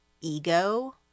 ego